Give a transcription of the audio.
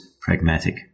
pragmatic